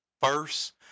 first